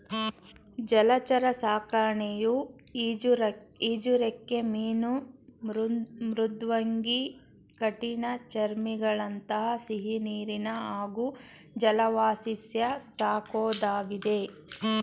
ಜಲಚರ ಸಾಕಣೆಯು ಈಜುರೆಕ್ಕೆ ಮೀನು ಮೃದ್ವಂಗಿ ಕಠಿಣಚರ್ಮಿಗಳಂಥ ಸಿಹಿನೀರಿನ ಹಾಗೂ ಜಲವಾಸಿಸಸ್ಯ ಸಾಕೋದಾಗಿದೆ